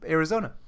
Arizona